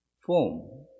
form